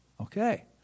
Okay